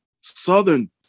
Southern